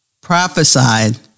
prophesied